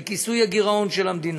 אל כיסוי הגירעון של המדינה,